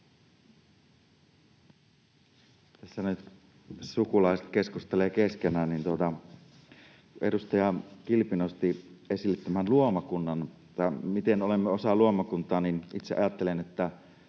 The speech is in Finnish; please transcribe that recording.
Tässä nyt sukulaiset keskustelevat keskenään. — Edustaja Kilpi nosti esille luomakunnan, miten olemme osa luomakuntaa, ja itse ajattelen, että